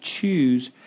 choose